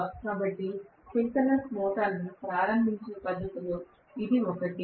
కాబట్టి సింక్రోనస్ మోటారును ప్రారంభించే పద్ధతుల్లో ఇది ఒకటి